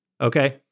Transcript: Okay